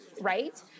right